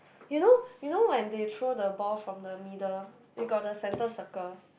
you know you know when they throw the ball from the middle they got the center circle